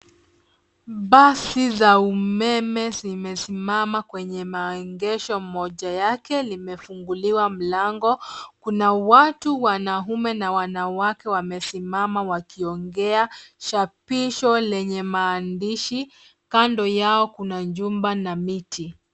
Basi za umeme zimesimama kwenye maegesho. Mojayake limefunguliwa mlango. Kuna watu wanaume na wanawake wamesimama wakiongea. Chapisho lenye maandishi. Kando yao kuna jumba na miti.